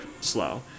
slow